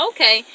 Okay